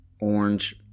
orange